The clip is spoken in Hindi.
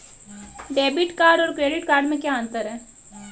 डेबिट कार्ड और क्रेडिट कार्ड में क्या अंतर है?